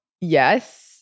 Yes